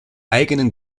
eigenen